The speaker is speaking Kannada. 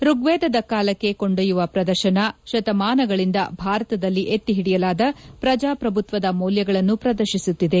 ಋಗ್ವೇದದ ಕಾಲಕ್ಕೆ ಕೊಂಡೊಯ್ಯುವ ಪ್ರದರ್ಶನ ಶತಮಾನಗಳಿಂದ ಭಾರತದಲ್ಲಿ ಎತ್ತಿಹಿಡಿಯಲಾದ ಪ್ರಜಾಪ್ರಭುತ್ವದ ಮೌಲ್ಯಗಳನ್ನು ಪ್ರದರ್ಶೀಸುತ್ತಿದೆ